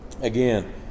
Again